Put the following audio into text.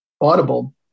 Audible